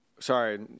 Sorry